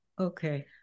Okay